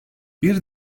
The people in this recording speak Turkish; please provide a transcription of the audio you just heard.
bir